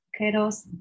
Queros